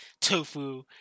tofu